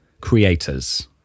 creators